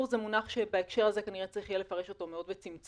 מונח שבהקשר הזה כנראה יהיה צריך לפרש את זה מאוד בצמצום